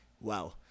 Wow